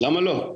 למה לא?